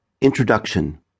introduction